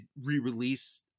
re-release